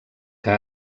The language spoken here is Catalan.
que